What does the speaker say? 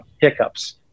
hiccups